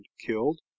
killed